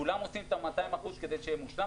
כולם עושים את ה-200% כדי שיהיה מושלם,